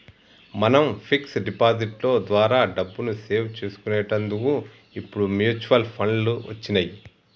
మనం fix deposit లో ద్వారా డబ్బుని సేవ్ చేసుకునేటందుకు ఇప్పుడు మ్యూచువల్ ఫండ్లు వచ్చినియ్యి